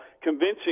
Convincing